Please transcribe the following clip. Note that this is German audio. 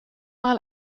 mal